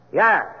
yes